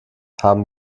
haben